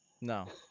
No